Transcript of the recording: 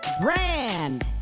Brand